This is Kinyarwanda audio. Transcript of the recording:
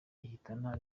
ihitana